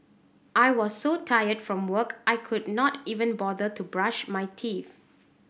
I was so tired from work I could not even bother to brush my teeth